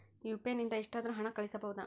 UPI ನಿಂದ ಎಷ್ಟಾದರೂ ಹಣ ಕಳಿಸಬಹುದಾ?